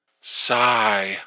Sigh